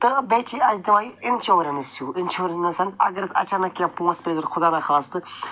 تہٕ بیٚیہِ چھِ اَتہِ درٛایہِ اِنشورَنٕس چھِو اِنشورَنٕس اِن دَ سٮ۪نٕس اگر اَسہِ اچانک کیٚنٛہہ پونٛسہِ پے ضوٚرتھ خُدانخواستہٕ